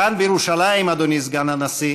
כאן, בירושלים, אדוני סגן הנשיא,